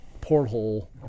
porthole